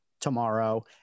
tomorrow